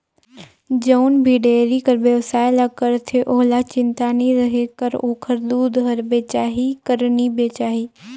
जउन भी डेयरी कर बेवसाय ल करथे ओहला चिंता नी रहें कर ओखर दूद हर बेचाही कर नी बेचाही